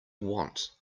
want